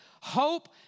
Hope